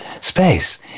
space